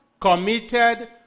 committed